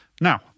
Now